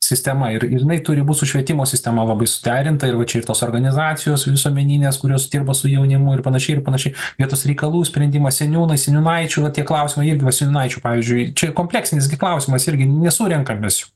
sistema ir ir jinai turi būt su švietimo sistema labai suderinta ir va čia ir tos organizacijos visuomeninės kurios dirba su jaunimu ir panašiai ir panašiai vietos reikalų sprendimas seniūnai seniūnaičių va tie klausimai irgi va seniūnaičių pavyzdžiui čia kompleksinis gi klausimas irgi nesurenkam mes jų